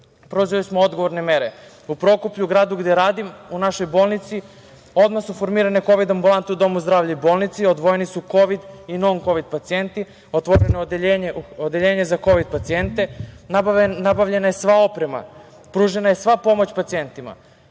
preduzeli smo odgovorne mere. U Prokuplju gradu gde radim, u našoj bolnici odmah su formirane kovid ambulante u domu zdravlja i bolnici, odvojeni su kovid i nokovid pacijenti, otvoreno je odeljenje za kovid pacijente, nabavljena je sva oprema, pružena je sva pomoć pacijentima.